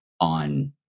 on